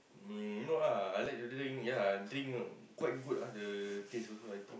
no ah I like to drink ya I drink quite good ah the taste also I think